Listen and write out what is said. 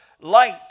light